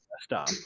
stop